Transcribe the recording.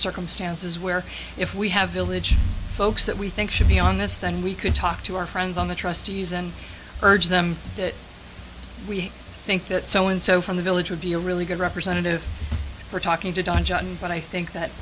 circumstances where if we have village folks that we think should be on this then we could talk to our friends on the trustees and urge them that we think that so and so from the village would be a really good representative for talking to don john but i think that